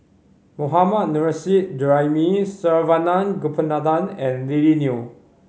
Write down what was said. Mohammad Nurrasyid Juraimi Saravanan Gopinathan and Lily Neo